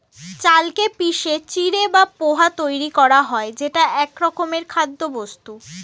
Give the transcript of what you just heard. চালকে পিষে চিঁড়ে বা পোহা তৈরি করা হয় যেটা একরকমের খাদ্যবস্তু